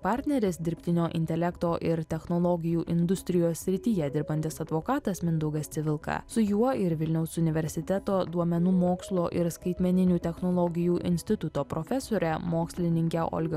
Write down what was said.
partneris dirbtinio intelekto ir technologijų industrijos srityje dirbantis advokatas mindaugas civilka su juo ir vilniaus universiteto duomenų mokslo ir skaitmeninių technologijų instituto profesorė mokslininkė olga